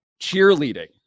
cheerleading